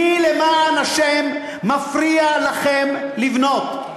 מי למען השם מפריע לכם לבנות?